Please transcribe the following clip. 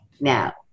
now